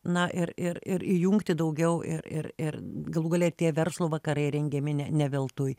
na ir ir ir įjungti daugiau ir ir ir galų gale tie verslo vakarai rengiami ne ne veltui